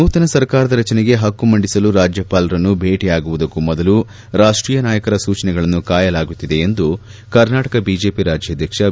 ನೂತನ ಸರ್ಕಾರದ ರಚನೆಗೆ ಹಕ್ಕು ಮಂಡಿಸಲು ರಾಜ್ಯಪಾಲರನ್ನು ಭೇಟಿಯಾಗುವುದಕ್ಕೂ ಮೊದಲು ರಾಷ್ಟೀಯ ನಾಯಕರ ಸೂಚನೆಗಳನ್ನು ಕಾಯಲಾಗುತ್ತಿದೆ ಎಂದು ಕರ್ನಾಟಕ ಬಿಜೆಪಿ ರಾಜ್ಙಾಧ್ಯಕ್ಷ ಬಿ